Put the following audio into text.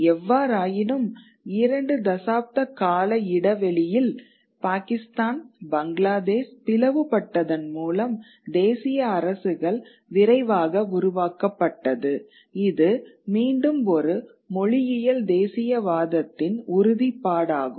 எவ்வாறாயினும் இரண்டு தசாப்த கால இடைவெளியில் பாக்கிஸ்தான் பங்களாதேஷ் பிளவுபட்டதன் மூலம் தேசிய அரசுகள் விரைவாக உருவாக்கப்பட்டது இது மீண்டும் ஒரு மொழியியல் தேசியவாதத்தின் உறுதிப்பாடாகும்